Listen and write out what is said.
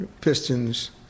Pistons